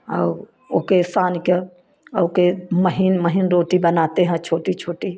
और ओके सान कर अउके महीन महीन रोटी बनाते हैं छोटी छोटी